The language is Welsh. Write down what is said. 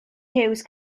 hughes